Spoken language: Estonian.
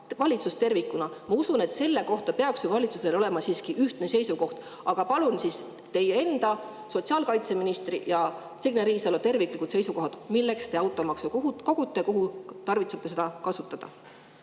Ma usun, et selle kohta peaks ju valitsusel olema siiski ühtne seisukoht. Aga palun teie enda ja sotsiaalkaitseminister Signe Riisalo terviklikke seisukohti, milleks te automaksu kogute ja kus te [kavatsete raha] kasutada.